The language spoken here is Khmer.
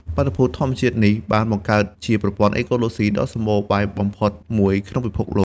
បាតុភូតធម្មជាតិនេះបានបង្កើតជាប្រព័ន្ធអេកូឡូស៊ីដ៏សម្បូរបែបបំផុតមួយក្នុងពិភពលោក។